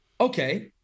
okay